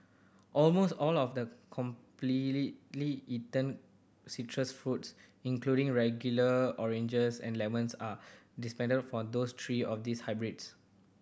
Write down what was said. almost all of the eaten citrus fruits including regular oranges and lemons are descendant of those three or this hybrids